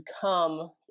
come